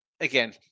Again